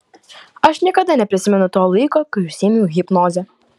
aš niekada neprisimenu to laiko kai užsiėmiau hipnoze